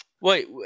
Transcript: Wait